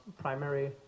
primary